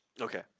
okay